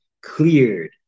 cleared